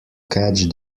catch